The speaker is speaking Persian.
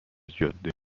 جاده